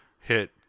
hit